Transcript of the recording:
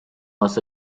was